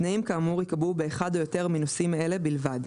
תנאים כאמור ייקבעו באחד או יותר מנושאים אלה בלבד: